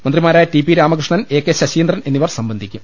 മന്ത്രിമാരായ T P Ramakrishnan A K Saseendran എന്നിവർ സംബന്ധിക്കും